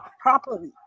properly